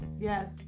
Yes